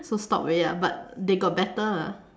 so stop already ah but they got better